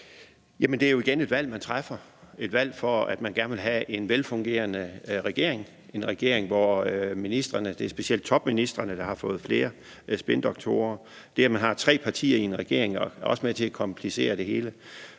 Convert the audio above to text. det er jo igen et valg, man træffer, et valg, i forhold til at man gerne vil have en velfungerende regering – en regering, hvor ministrene, specielt topministrene, har fået flere spindoktorer. Det, at man har tre partier i en regering er også med til at komplicere det hele.